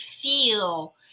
feel